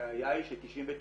הבעיה היא ש-99.3%